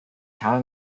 habe